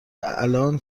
الان